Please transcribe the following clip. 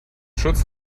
schutz